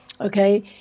okay